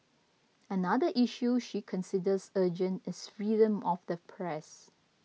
another issue she considers urgent is freedom of the press